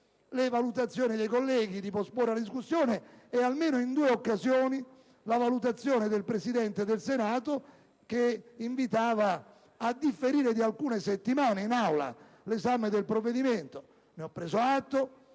le proposte dei colleghi di posporre la discussione, e in almeno due occasioni la valutazione del Presidente del Senato che invitava a differire di alcune settimane l'esame del provvedimento in Aula. Ne ho preso atto,